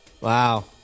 Wow